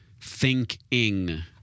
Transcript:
think-ing